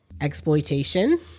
exploitation